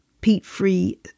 peat-free